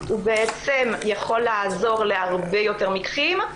הוא בעצם יכול לעזור להרבה יותר מקרים.